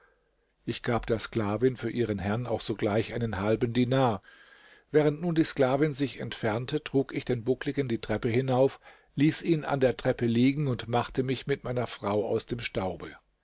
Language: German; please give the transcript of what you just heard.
ich gab der sklavin für ihren herrn auch sogleich einen halben dinar während nun die sklavin sich entfernte trug ich den buckligen die treppe hinauf ließ ihn an der treppe liegen und machte mich mit meiner frau aus dem staube